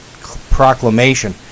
proclamation